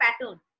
pattern